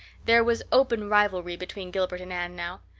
there was open rivalry between gilbert and anne now.